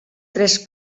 tres